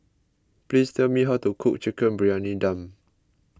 please tell me how to cook Chicken Briyani Dum